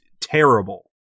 terrible